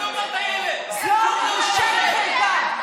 זו בושה וחרפה.